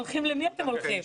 למי אתם הולכים?